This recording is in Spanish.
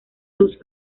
luz